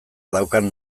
daukan